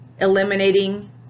eliminating